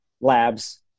labs